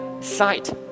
sight